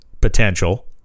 potential